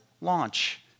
launch